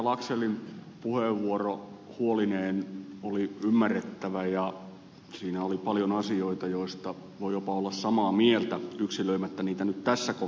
laxellin puheenvuoro huolineen oli ymmärrettävä ja siinä oli paljon asioita joista voi jopa olla samaa mieltä yksilöimättä niitä nyt tässä kohtaa sen enempää